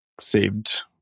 saved